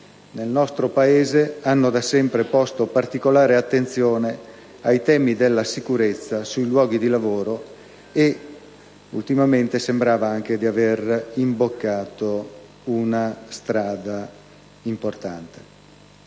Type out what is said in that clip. nel nostro Paese hanno da sempre posto particolare attenzione ai temi della sicurezza sui luoghi di lavoro, e ultimamente sembrava anche di aver ottenuto risultati importanti.